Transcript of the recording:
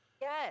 Yes